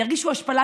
הם ירגישו השפלה,